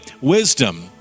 wisdom